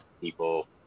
people